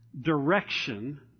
direction